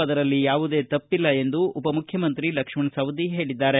ಅದರಲ್ಲಿ ಯಾವುದೇ ತಪ್ಪಲ್ಲ ಎಂದು ಉಪ ಮುಖ್ಯಮಂತ್ರಿ ಲಕ್ಷ್ಮಣ ಸವದಿ ಹೇಳಿದ್ದಾರೆ